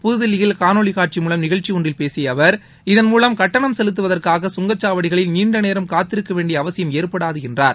புது தில்லியில் காணொலிக் காட்சி மூலம் நிகழ்ச்சி ஒன்றில் பேசிய அவர் இதன் மூலம் கட்டணம் செலுத்துவதற்காக சுங்கச்சாவடிகளில் நீண்ட நேரம் காத்திருக்க வேண்டிய அவசியம் ஏற்படாது என்றார்